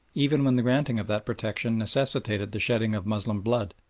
even when the granting of that protection necessitated the shedding of moslem blood.